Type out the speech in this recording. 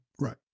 Right